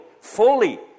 fully